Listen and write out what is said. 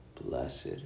Blessed